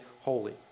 holy